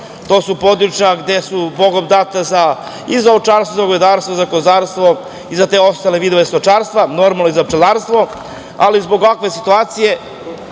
to su područja gde su Bogom data i za ovčarstvo, za govedarstvo, za kozarstvo i za te ostale vidove stočarstva, normalno i za pčelarstvo, ali zbog ovakve situacije. Na